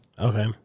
Okay